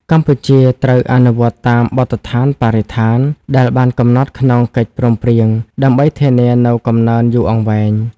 កម្ពុជាត្រូវអនុវត្តតាមបទដ្ឋានបរិស្ថានដែលបានកំណត់ក្នុងកិច្ចព្រមព្រៀង ដើម្បីធានានូវកំណើនយូរអង្វែង។